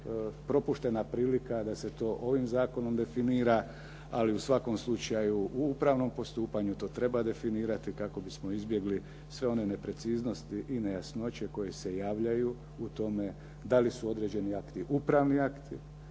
propuštena prilika da se to ovim zakonom definira, ali u svakom slučaju u upravnom postupanju to treba definirati kako bismo izbjegli sve one nepreciznosti i nejasnoće koje se javljaju u tome da li su određeni akti upravni akti